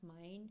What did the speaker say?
mind